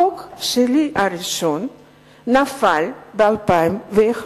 החוק שלי הראשון נפל ב-2001.